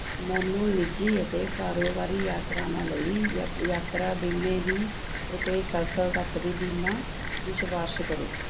ਮੈਨੂੰ ਨਿੱਜੀ ਅਤੇ ਕਾਰੋਬਾਰੀ ਯਾਤਰਾਵਾਂ ਲਈ ਯਾ ਯਾਤਰਾ ਬੀਮੇ ਦੀ ਰੁਪਏ ਸੱਤ ਸੌ ਤੱਕ ਦੀ ਬੀਮਾ ਦੀ ਸਿਫਾਰਿਸ਼ ਕਰੋ